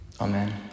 Amen